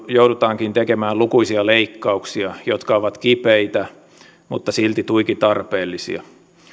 joudutaankin tekemään lukuisia leikkauksia jotka ovat kipeitä mutta silti tuiki tarpeellisia